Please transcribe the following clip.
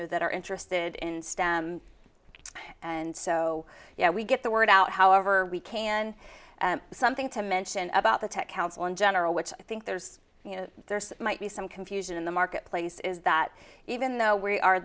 know that are interested in stem and so we get the word out however we can something to mention about the tech council in general which i think there's you know there's might be some confusion in the marketplace is that even though we are